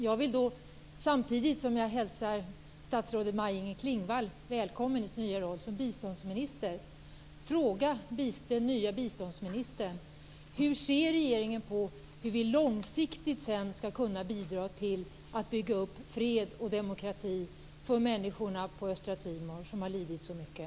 Jag vill, samtidigt som jag hälsar statsrådet Maj Inger Klingvall välkommen i sin nya roll som biståndsminister, fråga den nya biståndsministern: Hur ser regeringen att vi långsiktigt skall kunna bidra till att bygga upp fred och demokrati för människorna på östra Timor som har lidit så mycket?